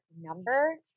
number